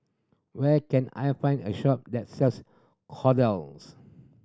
where can I find a shop that sells Kordel's